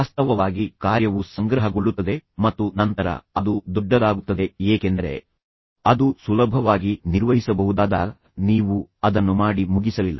ವಾಸ್ತವವಾಗಿ ಕಾರ್ಯವು ಸಂಗ್ರಹಗೊಳ್ಳುತ್ತದೆ ಮತ್ತು ನಂತರ ಅದು ದೊಡ್ಡದಾಗುತ್ತದೆ ಏಕೆಂದರೆ ಅದು ತುಂಬಾ ಚಿಕ್ಕದಾಗಿದ್ದಾಗ ಮತ್ತು ಸುಲಭವಾಗಿ ನಿರ್ವಹಿಸಬಹುದಾದಾಗ ನೀವು ಅದನ್ನು ಮಾಡಿ ಮುಗಿಸಲಿಲ್ಲ